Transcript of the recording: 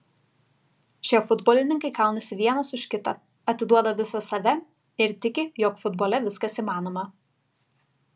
šie futbolininkai kaunasi vienas už kitą atiduoda visą save ir tiki jog futbole viskas įmanoma